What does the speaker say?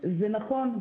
זה נכון.